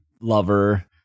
lover